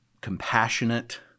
compassionate